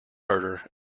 murder